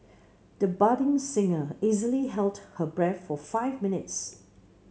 the budding singer easily held her breath for five minutes